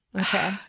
Okay